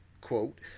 quote